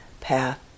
path